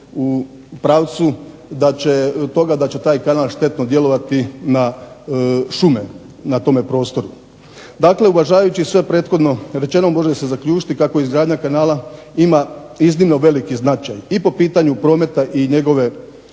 u pravcu toga da će taj kanal štetno djelovati na šume na tome prostoru. Dakle, uvažavajući sve prethodno rečeno može se zaključiti kako izgradnja kanala ima iznimno veliki značaj i po pitanju prometa i njegove